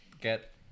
get